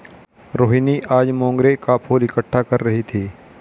रोहिनी आज मोंगरे का फूल इकट्ठा कर रही थी